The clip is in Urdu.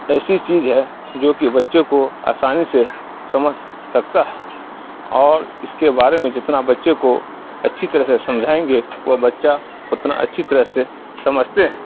ایسی چیز ہے جو کہ بچے کو آسانی سے سمجھ سکتا ہے اور اس کے بارے میں جتنا بچے کو اچھی طرح سے سمجھائیں گے وہ بچہ اتنا اچھی طرح سے سمجھتے ہیں